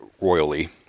royally